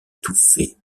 étouffé